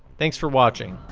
thanks for watching!